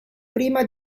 prima